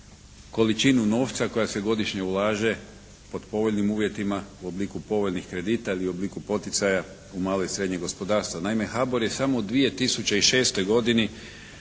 količinu novca koja se godišnje ulaže pod povoljnim uvjetima u obliku povoljnih kredita ili u obliku poticaja u malo i srednje gospodarstvo. Naime, HABOR je samo u 2006. godini